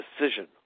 decision